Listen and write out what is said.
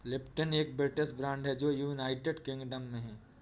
Lipton एक British brand है जो यूनाइटेड किंगडम में है